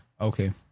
Okay